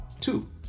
two